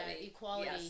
Equality